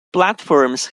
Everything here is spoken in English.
platforms